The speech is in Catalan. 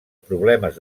problemes